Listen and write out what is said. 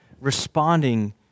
responding